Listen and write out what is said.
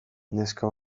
neska